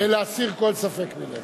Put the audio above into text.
כדי להסיר כל ספק מלב.